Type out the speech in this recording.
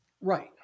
Right